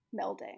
melding